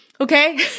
Okay